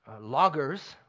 loggers